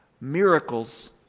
Miracles